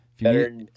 better